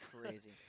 crazy